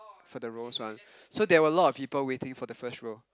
for the rows one so there were a lot of people waiting for the first row